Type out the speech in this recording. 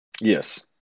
Yes